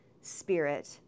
Spirit